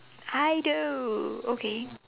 I do okay